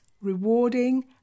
rewarding